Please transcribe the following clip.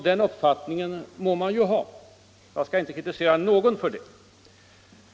Den uppfattningen må man ju ha — jag skall inte kritisera någon för det.